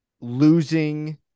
losing